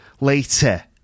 later